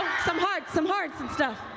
some hearts some hearts and stuff.